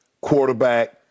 quarterback